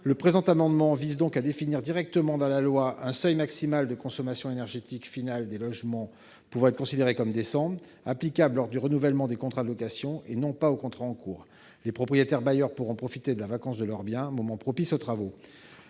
Le présent amendement vise donc à définir directement dans la loi un seuil maximal de consommation énergétique finale des logements pouvant être considérés comme décents, applicable lors du renouvellement des contrats de location, et non aux contrats en cours. Les propriétaires bailleurs pourront ainsi profiter de la vacance de leur bien pour effectuer des travaux.